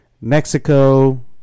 Mexico